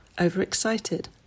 overexcited